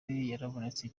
yarabonetse